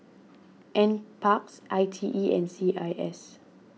NParks I T E and C I S